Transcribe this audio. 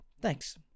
Thanks